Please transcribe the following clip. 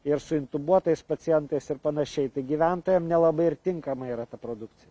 ir su intubuotas pacientais ir panašiai tai gyventojam nelabai ir tinkama yra ta produkcija